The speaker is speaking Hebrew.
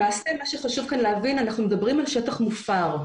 למעשה מה שחשוב כאן להבין זה שאנחנו מדברים על שטח מופר.